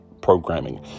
programming